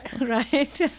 Right